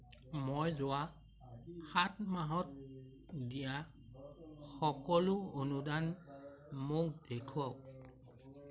মই যোৱা সাত মাহত দিয়া সকলো অনুদান মোক দেখুৱাওক